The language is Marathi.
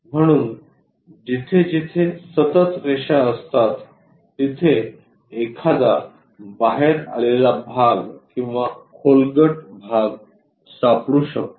म्हणून जिथे जिथे सतत रेषा असतात तिथे एखादा बाहेर आलेला भाग किंवा खोलगट भाग सापडू शकतो